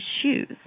shoes